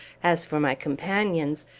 as for my companions,